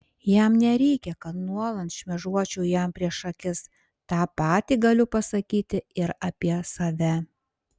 jam nereikia kad nuolat šmėžuočiau jam prieš akis tą patį galiu pasakyti ir apie save